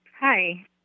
Hi